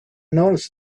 noticed